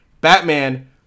Batman